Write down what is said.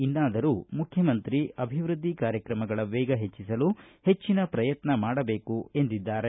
ಇನ್ನಾದರೂ ಮುಖ್ಯಮಂತ್ರಿ ಅಭಿವೃದ್ಧಿ ಕಾರ್ಯಕ್ರಮಗಳ ವೇಗ ಹೆಚ್ಚಿಸಲು ಹೆಚ್ಚಿನ ಪ್ರಯತ್ನ ಮಾಡಬೇಕು ಎಂದಿದ್ದಾರೆ